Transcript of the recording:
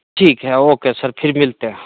ठीक है okay sir फिर मिलते हैं